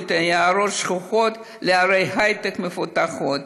עיירות שכוחות אל לערי הייטק מפותחות,